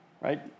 right